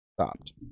Stopped